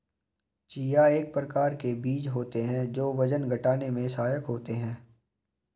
chia एक प्रकार के बीज होते हैं जो वजन घटाने में सहायक होते हैं